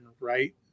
right